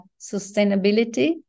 sustainability